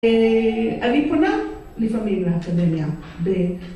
אני פונה לפעמים לאקדמיה ב...